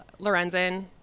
Lorenzen